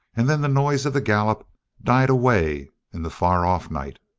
and then the noise of the gallop died away in the far-off night.